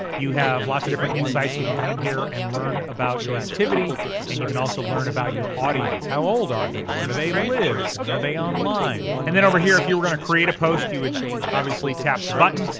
you have lots of different insights. you can come in here and learn about your activity and you can also learn about your audience. how old are they? where do they live? when are they online? and then over here, if you were gonna create a post, you would obviously tap the button.